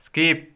skip